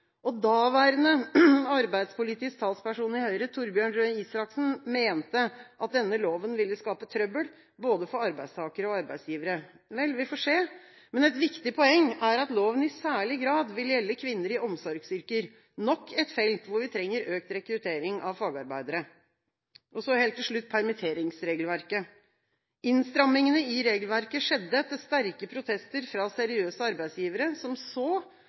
Daværende arbeidspolitisk talsperson i Høyre, Torbjørn Røe Isaksen, mente at denne loven ville skape trøbbel for både arbeidstakere og arbeidsgivere. Vel, vi får se, men et viktig poeng er at loven i særlig grad vil gjelde kvinner i omsorgsyrker, nok et felt hvor vi trenger økt rekruttering av fagarbeidere. Så, helt til slutt, permitteringsregelverket: Innstrammingene i regelverket skjedde til sterke protester fra seriøse arbeidsgivere som så